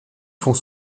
font